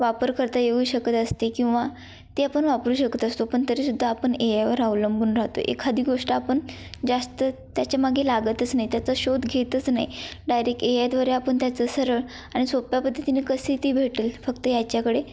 वापर करता येऊ शकत असते किंवा ते आपण वापरू शकत असतो पण तरी सुद्धा आपण ए आयवर अवलंबून राहतो एखादी गोष्ट आपण जास्त त्याच्यामागे लागतच नाही त्याचा शोध घेतच नाही डायरेक्ट ए आयद्वारे आपण त्याचं सरळ आणि सोप्या पद्धतीने कशी ती भेटेल फक्त याच्याकडे